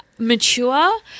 Mature